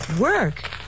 Work